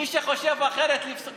מי שחושב אחרת, לפסול.